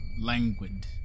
languid